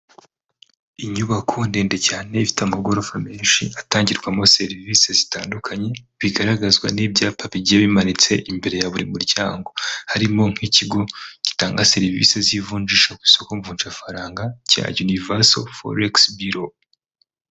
Inyubako ndende cyane ifite amagorofa menshi atangirwamo serivisi zitandukanye, bigaragazwa n'ibyapa bigiye bimanitse imbere ya buri muryango, harimo nk'ikigo gitanga serivisi z'ivunjisha ku isoko mvunjafaranga cya yunivaso foregisi biro.